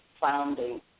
founding